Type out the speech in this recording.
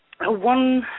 One